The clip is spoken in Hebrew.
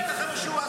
די, באמת.